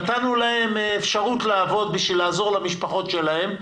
נתנו להם אפשרות לעבוד בשביל לעזור למשפחות שלהם,